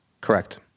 Correct